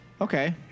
Okay